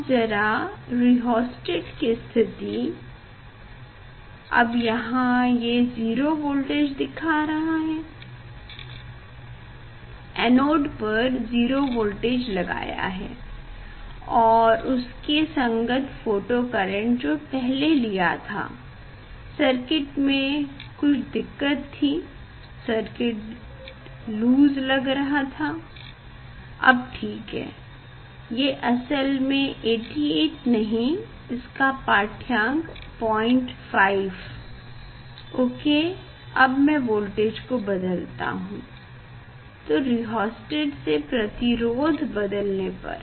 अब जरा रिहोस्टेट की स्थिति अब यहाँ ये 0 वोल्टेज दिखा रहा है एनोड पर 0 वोल्टेज लगाया है और उसके संगत फोटो करेंट जो पहले लिया था सर्किट में कुछ दिक्कत थी सर्किट लूज था अब ठीक है ये असल में 88 नहीं इसका पाठ्यांक 05 ओके अब मैं वोल्टेज को बदलता हूँ रिहोस्टेट से प्रतिरोध बदल कर